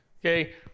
okay